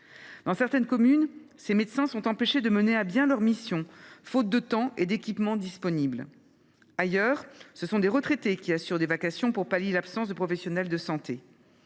Dans certaines communes, ces médecins sont empêchés de mener à bien leurs missions, faute de temps et d’équipements disponibles. Ailleurs, ce sont des retraités qui assurent des vacations pour pallier l’absence de professionnels de santé.